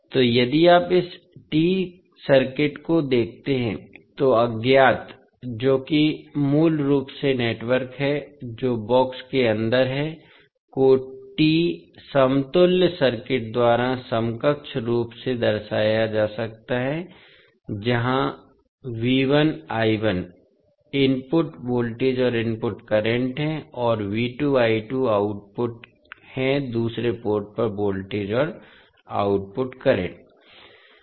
तो यदि आप इस T सर्किट को देखते हैं तो अज्ञात जो कि मूल रूप से नेटवर्क है जो बॉक्स के अंदर है को T समतुल्य सर्किट द्वारा समकक्ष रूप से दर्शाया जा सकता है जहां VI I1 इनपुट वोल्टेज और इनपुट करंट हैं और V2 I2 आउटपुट हैं दूसरे पोर्ट पर वोल्टेज और आउटपुट करंट